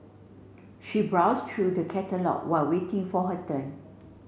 she browsed through the catalogue while waiting for her turn